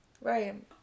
Right